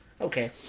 Okay